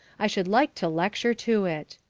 i should like to lecture to it.